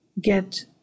get